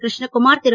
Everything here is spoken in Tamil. கிருஷ்ண குமார் திரு